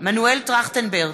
מנואל טרכטנברג,